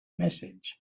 message